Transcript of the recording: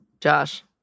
Josh